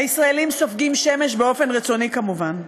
הישראלים סופגים שמש באופן רצוני, כמובן,